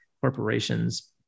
corporations